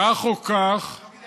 כך או אך, לא כדאי